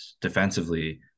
defensively